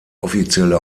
offizielle